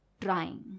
trying